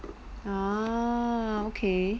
ah okay